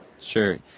Sure